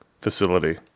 facility